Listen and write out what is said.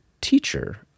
teacher